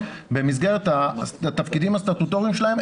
במסגרת התפקידים הסטטוטוריים שלהם,